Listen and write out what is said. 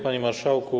Panie Marszałku!